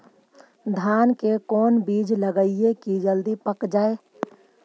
धान के कोन बिज लगईयै कि जल्दी पक जाए?